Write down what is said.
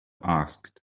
asked